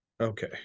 Okay